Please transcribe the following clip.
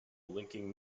linking